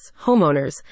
homeowners